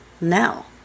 now